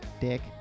dick